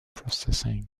processing